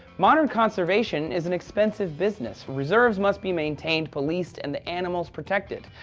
modern conservation is an expensive business, reserves must be maintained, policed and the animals protected.